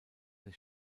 des